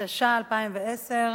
התש"ע 2010,